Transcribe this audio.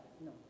No